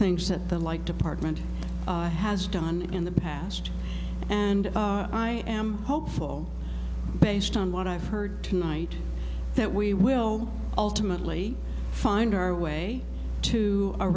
things that the like department has done in the past and i am hopeful based on what i've heard tonight that we will ultimately find our way to a